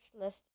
list